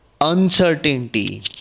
uncertainty